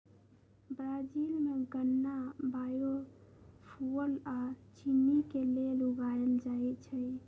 Brazil में गन्ना biofuel आ चिन्नी के लेल उगाएल जाई छई